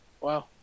Wow